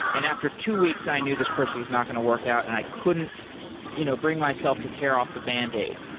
and after two weeks i knew this person was not going to work out and i couldn't you know bring myself to tear off the band-aid.